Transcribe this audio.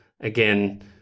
again